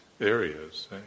areas